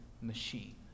machine